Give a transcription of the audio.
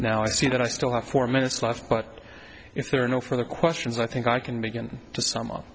i see that i still have four minutes left but if there are no further questions i think i can begin to sum up